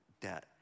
debt